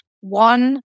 one